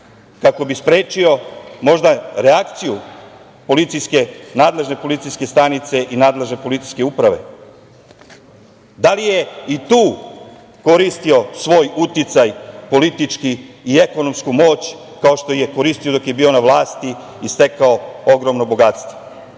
reakciju policijske stanice, nadležne policijske stanice i nadležne policijske uprave. Da li je i tu koristio svoj uticaj političku i ekonomsku moć, kao što je koristio dok je bio na vlasti, i stekao ogromno bogatstvo? Druga